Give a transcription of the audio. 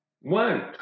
one